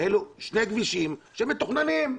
אלה שני כבישים שמתוכננים.